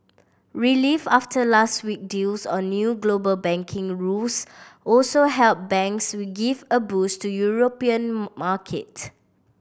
relief after last week deals on new global banking rules also helped banks give a boost to European markets